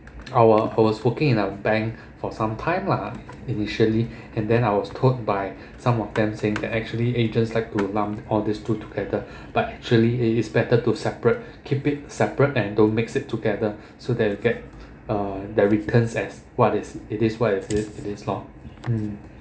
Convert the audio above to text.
I was I was working in a bank for some time lah initially and then I was told by some of them saying that actually agents like to lump all these two together but actually it is better to separate keep it separate and don't mix it together so that you get uh that returns as what is it what is it is it loh um